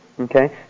Okay